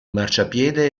marciapiede